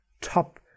top